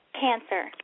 Cancer